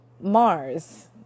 Mars